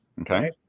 Okay